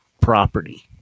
property